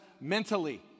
mentally